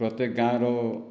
ପ୍ରତ୍ୟେକ ଗାଁର